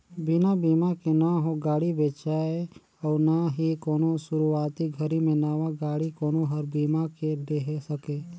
बिना बिमा के न हो गाड़ी बेचाय अउ ना ही कोनो सुरूवाती घरी मे नवा गाडी कोनो हर बीमा के लेहे सके